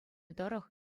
тӑрӑх